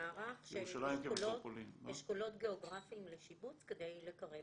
מערך של אשכולות גיאוגרפיים לשיבוץ כדי לקרב,